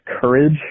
courage